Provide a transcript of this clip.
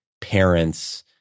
parents